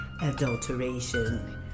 adulteration